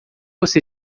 você